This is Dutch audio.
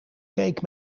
cake